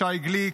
שי גליק.